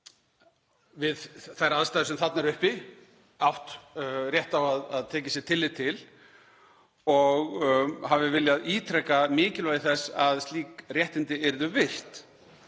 við þær aðstæður sem þarna eru uppi, átt rétt á að tekið sé tillit til og hafi viljað ítreka mikilvægi þess að slík réttindi yrðu virt.